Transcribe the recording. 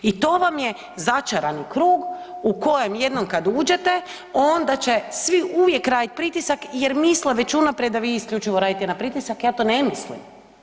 I to vam je začarani krug u kojem jednom kad uđete onda će svi uvijek raditi pritisak jer misle već unaprijed da vi isključivo radite na pritisak, ja to ne mislim.